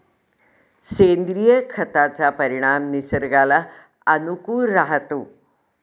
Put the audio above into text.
सेंद्रिय खताचा परिणाम निसर्गाला अनुकूल राहतो